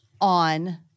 on